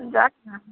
जाता